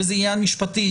זה עניין משפטי.